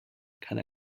kann